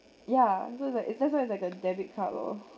ya so like it's just like a debit card loh